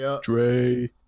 Dre